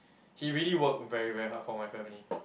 he really work very very hard for my family